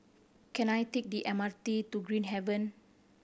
can I take the M R T to Green Haven